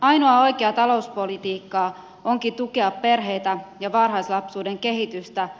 ainoaa oikeaa talouspolitiikkaa onkin tukea perheitä ja varhaislapsuuden kehitystä